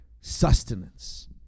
Sustenance